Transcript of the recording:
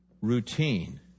routine